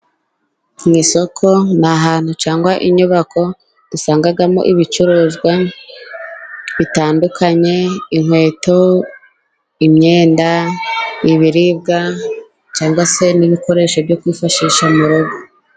Ku isoko ni ahantu cyangwa inyubako dusangamo ibicuruzwa bitandukanye, inkweto, imyenda, ibiribwa cyangwa se n'ibikoresho byo kwifashisha mu rugo.